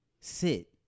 Sit